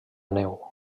neu